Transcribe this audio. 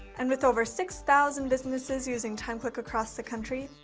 and with over six thousand businesses using timeclick across the country,